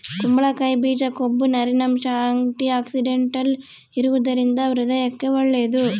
ಕುಂಬಳಕಾಯಿ ಬೀಜ ಕೊಬ್ಬು, ನಾರಿನಂಶ, ಆಂಟಿಆಕ್ಸಿಡೆಂಟಲ್ ಇರುವದರಿಂದ ಹೃದಯಕ್ಕೆ ಒಳ್ಳೇದು